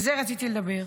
על זה רציתי לדבר.